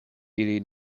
ili